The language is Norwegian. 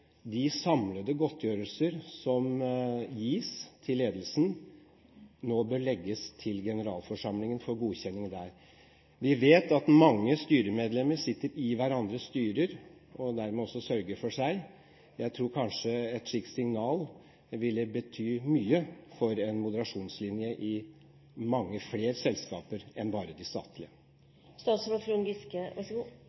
de samlede godtgjørelser som gis til ledelsen, nå legges til generalforsamlingen for godkjenning der? Vi vet at mange styremedlemmer sitter i hverandres styrer og dermed også sørger for seg. Jeg tror kanskje et slikt signal ville bety mye for en moderasjonslinje i mange flere selskaper enn bare de